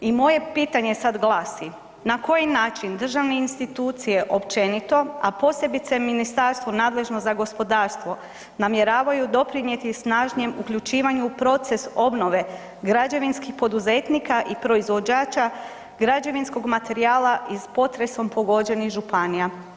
I moje pitanje sad glasi, na koji način državne institucije općenito, a posebice ministarstvo nadležno za gospodarstvo namjeravaju doprinijeti snažnijem uključivanju u proces obnove građevinskih poduzetnika i proizvođača građevinskog materijala iz potresom pogođenih županija?